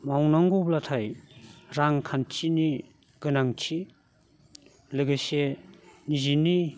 मावनांगौब्लाथाय रांखान्थिनि गोनांथि लोगोसे निजेनि